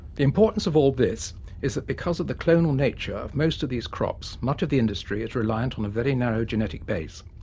the importance of all this is that, because of the clonal nature of most of these crops, much of the industry is reliant on a very narrow genetic base.